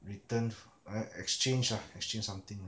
return f~ eh exchange ah exchange something lah